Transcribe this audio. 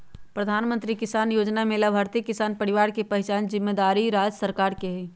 प्रधानमंत्री किसान जोजना में लाभार्थी किसान परिवार के पहिचान जिम्मेदारी राज्य सरकार के हइ